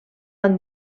han